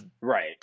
right